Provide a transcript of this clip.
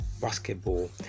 basketball